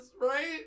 right